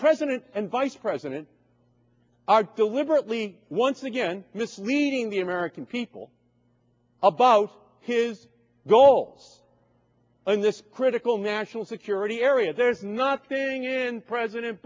president and vice president are deliberately once again misleading the american people about his goals in this critical national security area there's no not saying in president